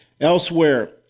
Elsewhere